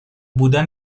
بودن